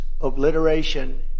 obliteration